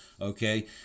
okay